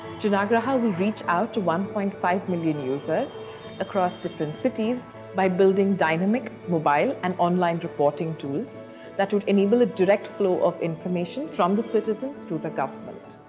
janaagraha will reach out to one point five million users across different cities by building dynamic, mobile, and online reporting tools that would enable a direct flow of information from the citizens to the government.